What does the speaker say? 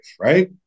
right